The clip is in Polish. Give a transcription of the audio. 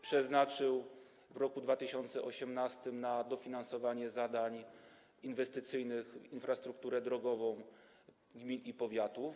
przeznaczył w roku 2018 na dofinansowanie zadań inwestycyjnych, chodzi o infrastrukturę drogową gmin i powiatów.